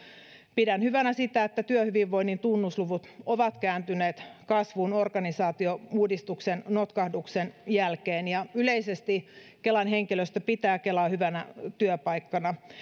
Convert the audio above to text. pidän hyvänä sitä että työhyvinvoinnin tunnusluvut ovat kääntyneet kasvuun organisaatiouudistuksen notkahduksen jälkeen ja yleisesti kelan henkilöstö pitää kelaa hyvänä työpaikkana